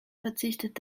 verzichtet